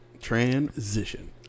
Transition